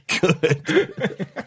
good